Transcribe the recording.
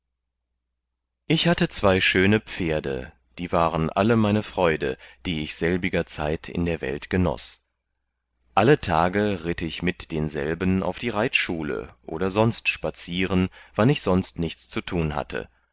ich hatte zwei schöne pferde die waren alle meine freude die ich selbiger zeit in der welt genoß alle tage ritt ich mit denselben auf die reitschule oder sonst spazieren wann ich sonst nichts zu tun hatte